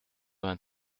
vingt